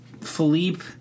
Philippe